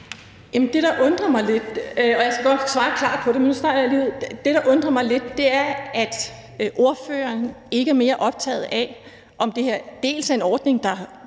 Heidi Bank (V): Jeg skal nok svare klart på det, men nu starter jeg lige ud med at sige, at det, der undrer mig lidt, er, at ordføreren ikke er mere optaget af, om det her er en ordning, der